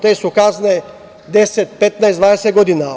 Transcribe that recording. Te su kazne 10, 15, 20 godina.